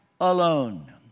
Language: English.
alone